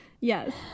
yes